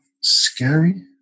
scary